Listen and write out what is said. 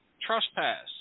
Trespass